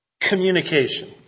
communication